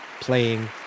playing